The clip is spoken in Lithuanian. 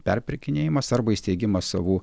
perpirkinėjimas arba įsteigimas savų